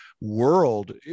world